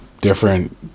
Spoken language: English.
different